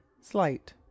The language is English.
slight